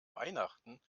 weihnachten